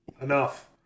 Enough